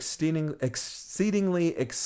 exceedingly